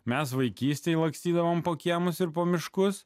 mes vaikystėje lakstydavome po kiemus ir po miškus